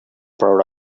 proud